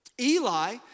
Eli